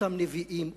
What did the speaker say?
אותם נביאים,